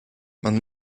man